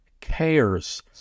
cares